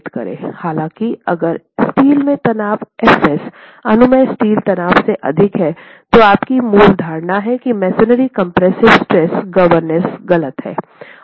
हालांकि अगर स्टील में तनाव f s अनुमेय स्टील तनाव से अधिक है तो आपकी मूल धारणा है कि मसोनरी कंप्रेसिव स्ट्रेस गवर्नेंस गलत है